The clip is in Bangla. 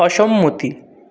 অসম্মতি